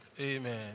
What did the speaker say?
Amen